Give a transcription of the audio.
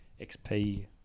XP